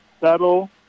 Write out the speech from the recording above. settle